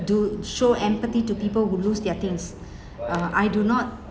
do show empathy to people who lose their things uh I do not